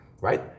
right